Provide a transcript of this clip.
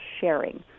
sharing